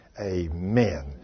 Amen